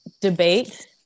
debate